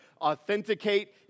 authenticate